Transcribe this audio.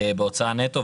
בהוצאה נטו,